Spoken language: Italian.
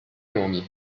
nomi